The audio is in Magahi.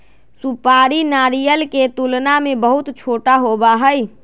सुपारी नारियल के तुलना में बहुत छोटा होबा हई